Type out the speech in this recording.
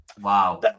wow